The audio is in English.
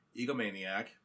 egomaniac